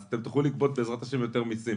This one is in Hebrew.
אז תוכלו לגבות, בעזרת השם, יותר מסים.